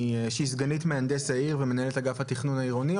שהיא סגנית מהנדס העיר ומנהלת אגף התכנון העירוני,